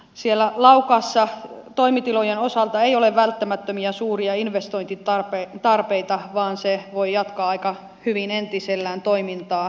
siellä laukaassa toimitilojen osalta ei ole välttämättömiä suuria investointitarpeita vaan se voi jatkaa aika hyvin entisellään toimintaa